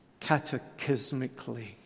catechismically